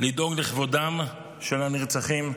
לדאוג לכבודם של הנרצחים,